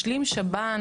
משלים שב"ן,